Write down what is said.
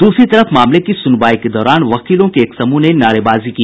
दूसरी तरफ मामले की सुनवाई के दौरान वकीलों के एक समूह ने नारेबाजी की